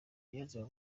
niyonzima